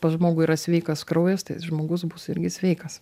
pas žmogų yra sveikas kraujas žmogus bus irgi sveikas